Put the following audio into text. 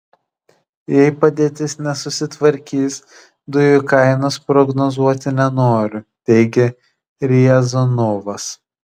jei padėtis nesusitvarkys dujų kainos prognozuoti nenoriu teigia riazanovas